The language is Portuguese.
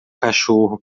cachorro